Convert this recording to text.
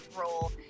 role